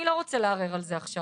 אני לא רוצה לערער על זה עכשיו.